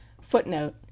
Footnote